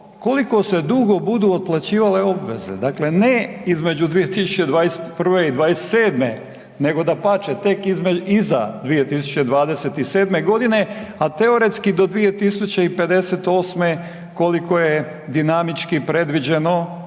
koliko se dugo budu otplaćivale obveze, dakle ne između 2021. i '27., nego dapače tek iza 2027. godine, a teoretski do 2058. koliko je dinamički predviđeno